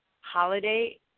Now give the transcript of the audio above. holiday